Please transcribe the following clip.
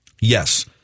Yes